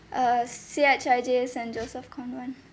err C_H_I_J saint joseph's convent